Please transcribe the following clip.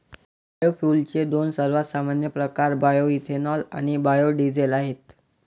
बायोफ्युएल्सचे दोन सर्वात सामान्य प्रकार बायोएथेनॉल आणि बायो डीझेल आहेत